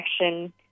action